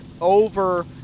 over